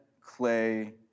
clay